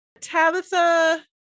Tabitha